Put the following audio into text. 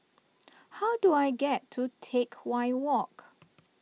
how do I get to Teck Whye Walk